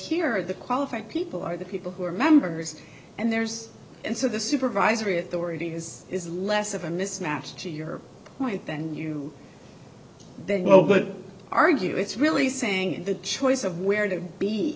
here the qualified people are the people who are members and there's and so the supervisory authority is is less of a mismatch to your point then you know but argue it's really saying in the choice of where to be